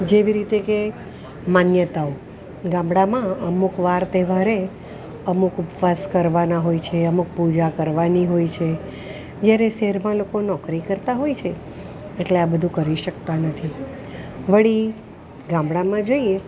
જેવી રીતે કે માન્યતાઓ ગામડામાં અમુક વાર તહેવારે અમુક ઉપવાસ કરવાના હોય છે અમુક પૂજા કરવાની હોય છે જ્યારે શહેરમાં લોકો નોકરી કરતાં હોય છે એટલે આ બધું કરી શકતાં નથી વળી ગામડામાં જઈએ